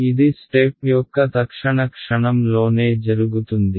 ఇది స్టెప్ యొక్క తక్షణ క్షణం లోనే జరుగుతుంది